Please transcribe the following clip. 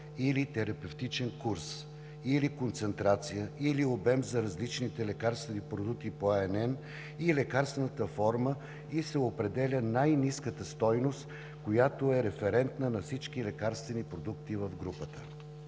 или терапевтичен курс, или концентрация, или обем за различните лекарствени продукти по INN и лекарствената форма и се определя най-ниската стойност, която е референтна за всички лекарствени продукти в групата.